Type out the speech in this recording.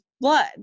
blood